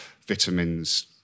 vitamins